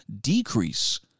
decrease